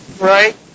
right